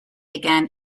again